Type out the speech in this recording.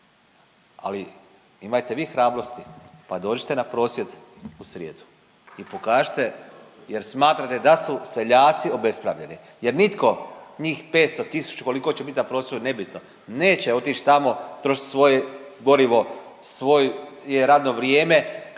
ali imajte vi hrabrosti pa dođite na prosvjed u srijedu i pokažite, jer smatrate da su seljaci obespravljeni. Jer nitko njih 500 000 koliko će bit na prosvjedu nebitno neće otići tamo trošiti svoje gorivo, svoje radno vrijeme